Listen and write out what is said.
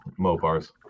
mopars